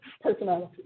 Personality